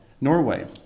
Norway